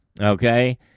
Okay